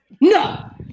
No